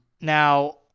now